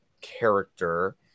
character